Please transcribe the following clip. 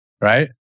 right